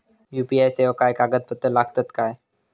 UPI सेवाक काय कागदपत्र लागतत काय?